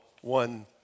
one